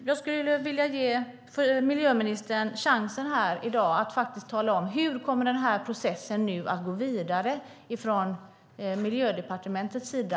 Jag skulle vilja ge miljöministern chansen här i dag att tala om hur processen kommer att gå vidare från Miljödepartementets sida.